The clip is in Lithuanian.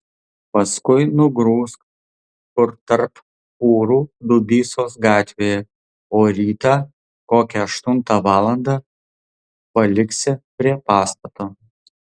paskui nugrūsk kur tarp fūrų dubysos gatvėje o rytą kokią aštuntą valandą paliksi prie pastato